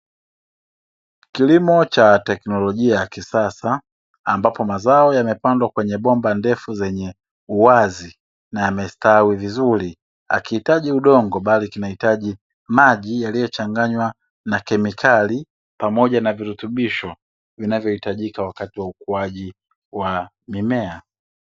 Kilimo cha teknolojia ya kisasa ambapo mazao yamepandwa kwenye bomba ndefu lenye uwazi na yamestawi vizuri, hakihitaji udongo bali kinahitaji maji yaliyochanganywa na kemikali pamoja na virutubisho vinavyoitajika katika ukuaji wa mimea.